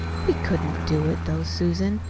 we couldn't do it, though, susan.